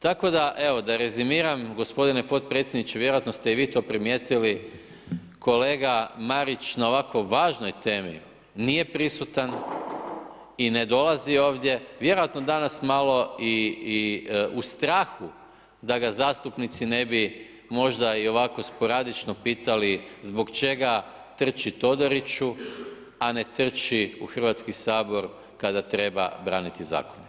Tako da evo, da rezimiram gospodine potpredsjedniče, vjerojatno ste i vi to primijetili, kolega Marić na ovako važnoj temi nije prisutan i ne dolazi ovdje, vjerojatno danas malo i u strahu da ga zastupnici ne bi možda i ovako sporadično pitali zbog čega trči Todoriću, a ne trči u Hrvatski sabor kada treba braniti zakon.